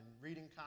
reading